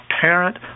parent